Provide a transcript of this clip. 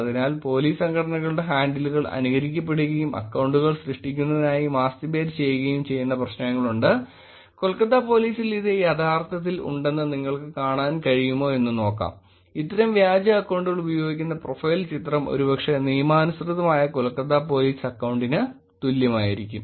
അതിനാൽ പോലീസ് സംഘടനകളുടെ ഹാൻഡിലുകൾ അനുകരിക്കപ്പെടുകയും അക്കൌണ്ടുകൾ സൃഷ്ടിക്കുന്നതിനായി മാസ്തിബേറ്റ് ചെയ്യുകയും ചെയ്യുന്ന പ്രശ്നങ്ങളുണ്ട് കൊൽക്കത്ത പോലീസിൽ ഇത് യഥാർത്ഥത്തിൽ ഉണ്ടെന്ന് നിങ്ങൾക്ക് കാണാൻ കഴിയുമോ എന്ന് നോക്കാം ഇത്തരം വ്യാജ അക്കൌണ്ടുകൾ ഉപയോഗിക്കുന്ന പ്രൊഫൈൽ ചിത്രം ഒരുപക്ഷേ നിയമാനുസൃതമായ കൊൽക്കത്ത പോലീസ് അക്കൌണ്ടിന് തുല്യമായിരിക്കും